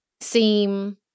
seem